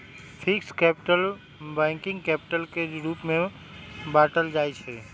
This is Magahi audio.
फिक्स्ड कैपिटल, वर्किंग कैपिटल के रूप में बाटल जाइ छइ